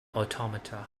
automata